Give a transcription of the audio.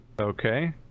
Okay